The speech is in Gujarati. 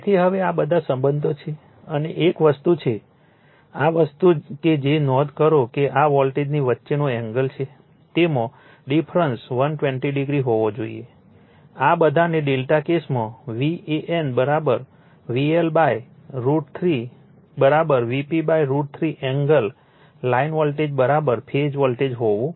તેથી હવે આ બધા સંબંધો છે અને એક વસ્તુ છેઆ વસ્તુ કે જે નોંધ કરો કે આ વોલ્ટેજની વચ્ચેનો એંગલ છે તેમાં ડિફ્રન્સ 120o હોવો જોઈએ આ બધાને Δ કેસમાં VAN VL √ 3 Vp √3 angle line voltage phase voltage જોયું છે